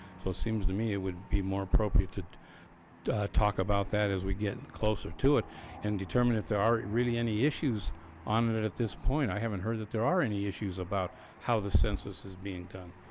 so it seems to me it would be more appropriate to talk about that as we get and closer to it and determine if there are really any issues on and it at this point i haven't heard that there are any issues about how the census is being done.